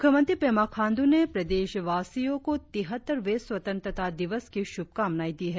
मुख्यमंत्री पेमा खांडू ने प्रदेशवासियों को तिहत्तरवें स्वतंत्रता दिवस की शुभकामनाएं दी है